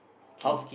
key